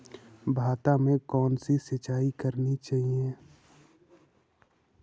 भाता में कौन सी सिंचाई करनी चाहिये?